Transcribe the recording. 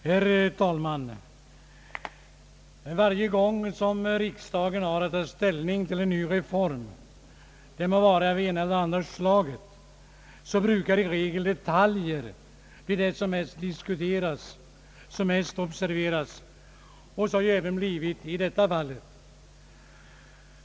Herr talman! Varje gång som riksdagen har att ta ställning till en ny reform — den må vara av det ena eller andra slaget — brukar det i regel endast vara detaljer som diskuteras och som mest observeras. Så har det också varit i detta fall.